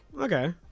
Okay